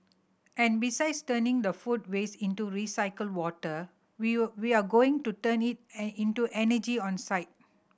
and besides turning the food waste into recycled water we'll we are going to turn it an into energy on site